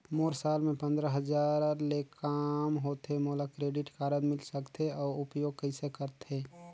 मोर साल मे पंद्रह हजार ले काम होथे मोला क्रेडिट कारड मिल सकथे? अउ उपयोग कइसे करथे?